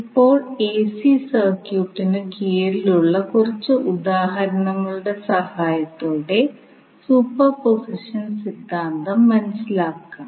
ഇപ്പോൾ എസി സർക്യൂട്ടിന് കീഴിലുള്ള കുറച്ച് ഉദാഹരണങ്ങളുടെ സഹായത്തോടെ സൂപ്പർപോസിഷൻ സിദ്ധാന്തം മനസിലാക്കാം